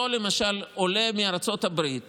הרי אותו עולה מארצות הברית